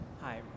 Hi